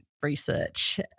research